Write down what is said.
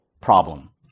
problem